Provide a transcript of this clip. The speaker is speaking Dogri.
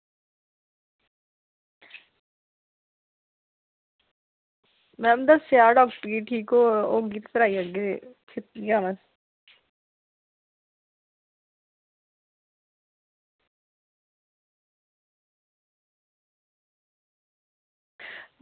मैम दस्सेआ डॉक्टरै गी ठीक होई हो होगी ते फिर आई जाहगे फ्ही छेती गै आना ऐ